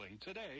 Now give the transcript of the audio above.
today